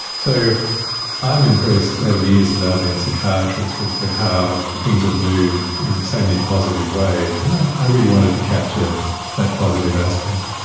so i'm impressed over the years that i've been a psychiatrist as to how things have moved in so many positive ways, and i really wanted to capture that positive aspect.